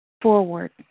Forward